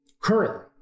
currently